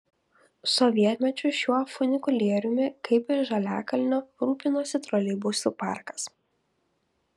sovietmečiu šiuo funikulieriumi kaip ir žaliakalnio rūpinosi troleibusų parkas